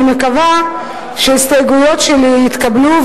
אני מקווה שההסתייגויות שלי יתקבלו,